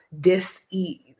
dis-ease